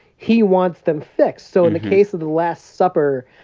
he wants them fixed. so in the case of the last supper,